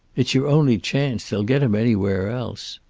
it's your only chance. they'll get him anywhere else.